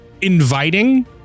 inviting